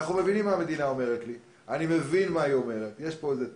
אנחנו מבינים מה המדינה אומרת, יש פה איזה טעם.